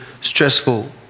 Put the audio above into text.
stressful